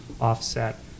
offset